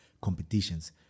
competitions